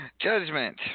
Judgment